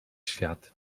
świat